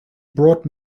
brought